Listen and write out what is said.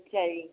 ਅੱਛਾ ਜੀ